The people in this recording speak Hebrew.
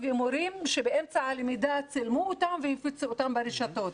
ומורים שבאמצע הלמידה צילמו אותם והפיצו אותם ברשתות.